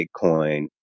Bitcoin